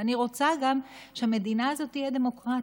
ואני רוצה גם שהמדינה הזאת תהיה דמוקרטית,